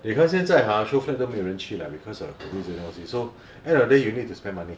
你看现在 !huh! showflat 都没有人去 liao because of the COVID 这个东西 so end of the day you need to spend money